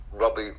Robbie